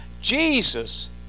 Jesus